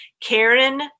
Karen